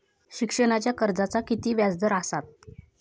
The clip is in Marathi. शिक्षणाच्या कर्जाचा किती व्याजदर असात?